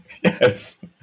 Yes